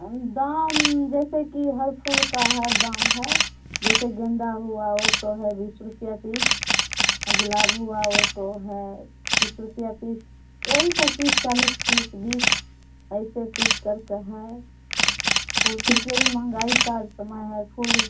दाम जैसे कि हर फूल का हर दाम है जैसे गेंदा हुआ ओ तो है बीस रुपया पीस और गुलाब हुआ वो तो है तीस रुपया पीस यही सब तीस चालीस पीस बीस ऐसे पीस कर के है फूल तो कि महंगाई का समय है फूल